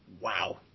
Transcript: Wow